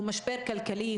הוא משבר כלכלי,